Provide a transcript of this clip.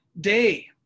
day